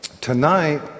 Tonight